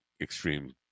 extreme